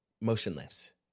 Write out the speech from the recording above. motionless